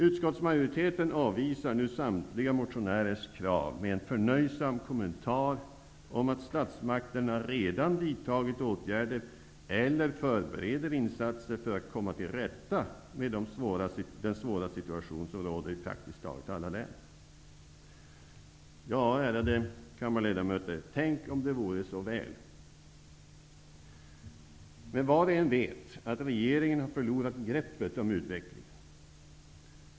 Utskottsmajoriteten avvisar samtliga motionärers krav med en förnöjsam kommentar om att statsmakterna redan vidtagit åtgärder eller förbereder insatser för att komma till rätta med den svåra situation som råder i praktiskt taget alla län. Ärade kammarledamöter, tänk om det vore så väl! Men var och en vet att regeringen har förlorat greppet om utvecklingen.